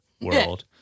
world